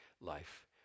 life